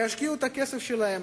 וישקיעו את הכסף שלהם